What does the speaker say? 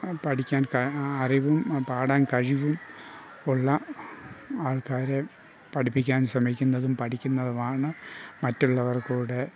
പഠിക്കാൻ അറിവും പാടാൻ കഴിവും ഉള്ള ആൾക്കാരെ പഠിപ്പിക്കാൻ ശ്രമിക്കുന്നതും പഠിക്കുന്നതുമാണ് മറ്റുള്ളവർക്കുകൂടി